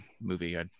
movie